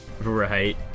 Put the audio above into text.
Right